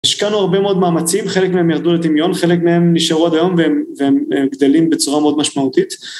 השקענו הרבה מאוד מאמצים, חלק מהם ירדו לטמיון, חלק מהם נשארו עד היום והם, הם גדלים בצורה מאוד משמעותית.